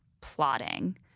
plotting